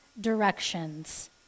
directions